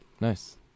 nice